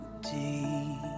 deep